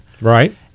Right